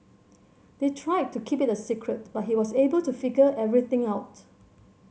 they tried to keep it a secret but he was able to figure everything out